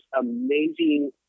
amazing